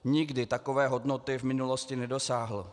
Nikdy takové hodnoty v minulosti nedosáhl.